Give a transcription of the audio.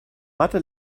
mathe